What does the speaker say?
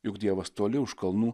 juk dievas toli už kalnų